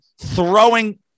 throwing